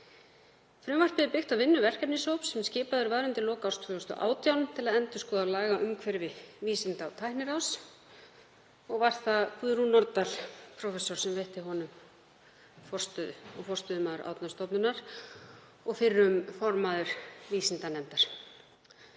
Frumvarpið er byggt á vinnu verkefnishóps sem skipaður var undir lok árs 2018 til að endurskoða lagaumhverfi Vísinda- og tækniráðs og var það Guðrún Nordal, prófessor og forstöðumaður Árnastofnunar og fyrrum formaður vísindanefndar,